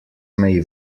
may